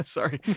Sorry